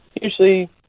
usually